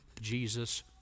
Jesus